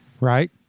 Right